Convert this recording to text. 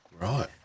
Right